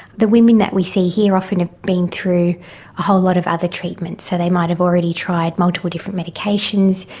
the women that we see here have often ah been through a whole lot of other treatments. so they might have already tried multiple different medications,